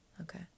Okay